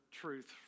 truth